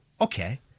okay